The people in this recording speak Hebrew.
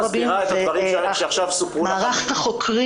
איך את מסבירה את הדברים שסיפרו כאן עכשיו בדיון?